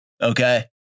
Okay